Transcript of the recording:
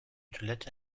toilette